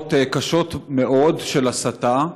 שעות קשות מאוד של הסתה.